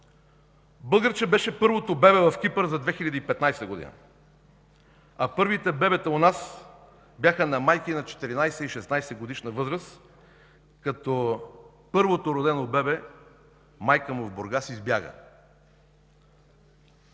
Българче беше първото бебе в Кипър за 2015 г., а първите бебета у нас бяха на майки на 14- и 16-годишна възраст, като майката на първото родено бебе в Бургас избяга.